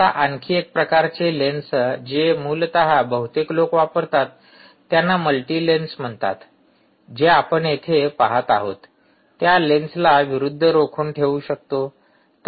आता आणखी एक प्रकारचे लेन्स जे मूलत बहुतेक लोक वापरतात त्यांना मल्टी लेन्स म्हणतात जे आपण येथे पाहत आहोत त्या लेन्सला विरुद्ध रोखून ठेवू शकतो